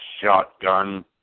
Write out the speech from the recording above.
Shotgun